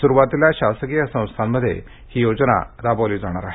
सुरुवातीला शासकीय संस्थांमध्ये ही योजना राबवली जाणार आहे